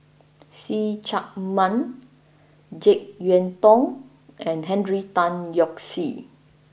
See Chak Mun Jek Yeun Thong and Henry Tan Yoke See